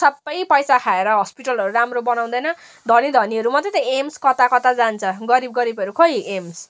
सबै पैसा खाएर हस्पिटलहरू राम्रो बनाउँदैन धनी धनीहरू मात्रै त एम्स कता कता जान्छ गरिब गरिबहरू खोइ एम्स